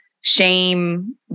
shame